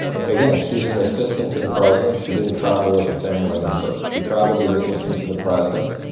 ah again, she's an assistant to the president. she didn't travel as a family member. she traveled as assistant to the president.